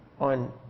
on